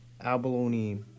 abalone